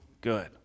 good